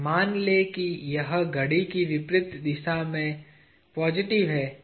मान लें कि यह घड़ी की विपरीत दिशा में पॉजिटिव है